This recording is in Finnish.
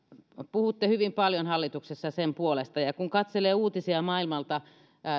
puhutte hyvin paljon hallituksessa niiden puolesta ja kun katselee maailmalta